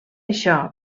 això